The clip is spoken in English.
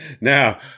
Now